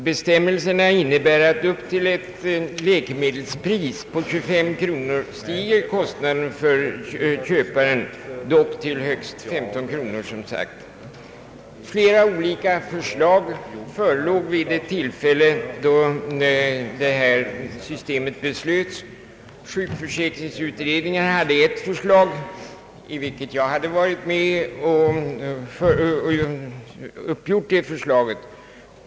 Bestämmelserna innebär att upp till ett läkemedelspris på 25 kronor stiger kostnaden för köparen, dock som sagt till högst 15 kronor. Flera olika förslag förelåg vid det tillfälle då detta system beslöts. Sjukförsäkringsutredningen framlade ett förslag, vilket jag hade varit med och utarbetat.